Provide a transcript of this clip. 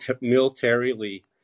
militarily